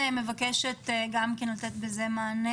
אני מבקשת לתת גם לזה מענה.